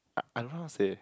I I don't know how to say